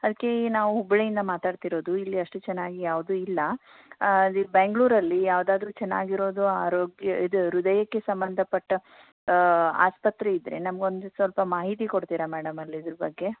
ಅದಕ್ಕೆ ನಾವು ಹುಬ್ಬಳ್ಳಿಯಿಂದ ಮಾತಾಡ್ತಿರೋದು ಇಲ್ಲಿ ಅಷ್ಟು ಚೆನ್ನಾಗಿ ಯಾವುದು ಇಲ್ಲ ಬೆಂಗಳೂರಲ್ಲಿ ಯಾವುದಾದರೂ ಚೆನ್ನಾಗಿರೋದು ಆರೋಗ್ಯ ಇದು ಹೃದಯಕ್ಕೆ ಸಂಬಂಧಪಟ್ಟ ಆಸ್ಪತ್ರೆಯಿದ್ದರೆ ನಮಗೊಂದು ಸ್ವಲ್ಪ ಮಾಹಿತಿ ಕೊಡ್ತೀರಾ ಮೇಡಮ್ ಅಲ್ಲಿದರ ಬಗ್ಗೆ